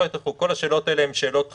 לא יהיה ריחוק כל השאלות האלה הן שאלות חשובות,